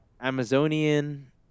Amazonian